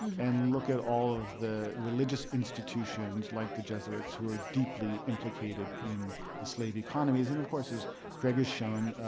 and look at all of the religious institutions, like the jesuits, who are deeply implicated in the slave economies. and of course, as craig has shown,